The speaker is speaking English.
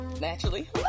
naturally